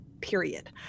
period